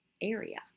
area